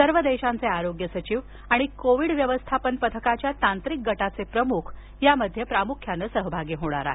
सर्व देशांचे आरोग्य सचिव आणि कोविड व्यवस्थापन पथकाच्या तांत्रिक गटाचे प्रमुख यामध्ये सहभागी होणार आहेत